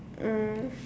um